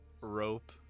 rope